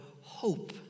hope